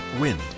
Wind